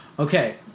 Okay